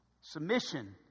Submission